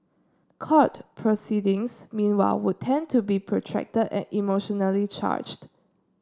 court proceedings meanwhile would tend to be protracted and emotionally charged